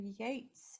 creates